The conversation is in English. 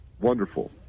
wonderful